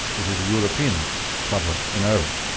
it is a european problem in ireland.